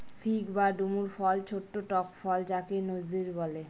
fig বা ডুমুর ফল ছোট্ট টক ফল যাকে নজির বলে